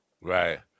Right